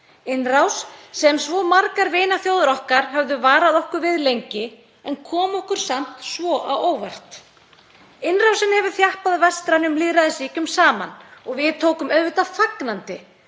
innrás sem svo margar vinaþjóðir okkar höfðu varað okkur við lengi en kom okkur samt svo á óvart. Innrásin hefur þjappað vestrænum lýðræðisríkjum saman og við tökum auðvitað fagnandi